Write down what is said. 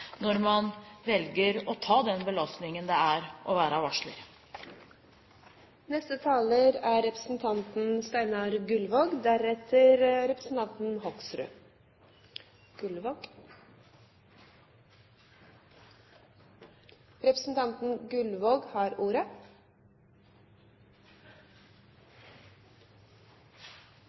når man velger å ta den belastningen det er å være varsler. Det er ikke uvanlig at representanten Hoksrud